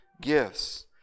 gifts